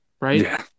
right